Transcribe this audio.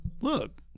Look